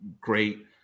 great